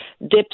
dips